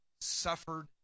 suffered